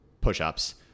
push-ups